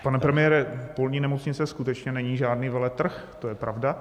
Pane premiére, polní nemocnice skutečně není žádný veletrh, to je pravda.